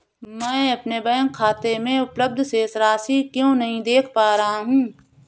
मैं अपने बैंक खाते में उपलब्ध शेष राशि क्यो नहीं देख पा रहा हूँ?